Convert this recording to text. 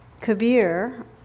Kabir